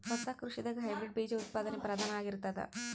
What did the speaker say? ಹೊಸ ಕೃಷಿದಾಗ ಹೈಬ್ರಿಡ್ ಬೀಜ ಉತ್ಪಾದನೆ ಪ್ರಧಾನ ಆಗಿರತದ